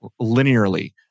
linearly